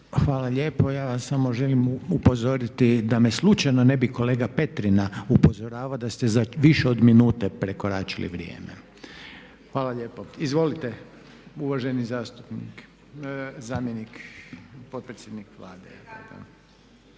Hvala lijepo. Ja vas samo želim upozoriti da me se slučajno ne bi kolega Petrina upozoravao da ste za više od minute prekoračili vrijeme. Hvala lijepo. Izvolite, uvaženi zamjenik potpredsjednika Vlade.